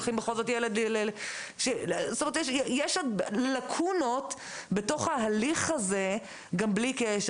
יש עוד לקונות בהליך הזה גם בלי קשר,